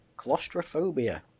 Claustrophobia